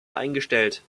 eingestellt